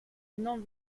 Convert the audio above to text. non